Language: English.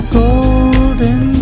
golden